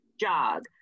jog